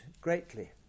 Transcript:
greatly